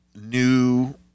new